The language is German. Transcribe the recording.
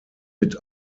mit